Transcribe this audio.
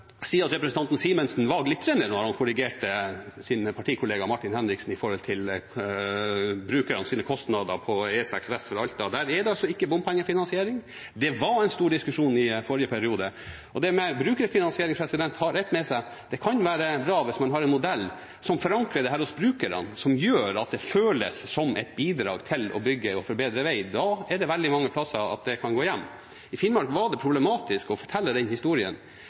si at representanten Simensen var glitrende da han korrigerte sin partikollega Martin Henriksen når det gjelder brukernes kostnader for E6 vest for Alta. Der er det ikke bompengefinansiering. Det var en stor diskusjon i forrige periode. Det med brukerfinansiering har én ting med seg: Det kan være bra hvis man har en modell som forankrer dette hos brukerne, som gjør at det føles som et bidrag til å bygge og å forbedre vei. Da kan det gå hjem veldig mange plasser. I Finnmark var det problematisk å fortelle den historien.